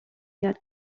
یاد